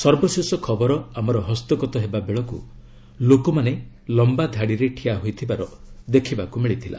ସର୍ବଶେଷ ଖବର ଆମର ହସ୍ତଗତ ହେବା ବେଳକୁ ଲୋକମାନେ ଲମ୍ଘା ଧାଡ଼ିରେ ଠିଆ ହୋଇଥିବାର ଦେଖିବାକୁ ମିଳିଥିଲା